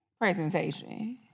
Presentation